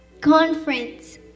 conference